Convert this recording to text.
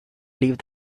leave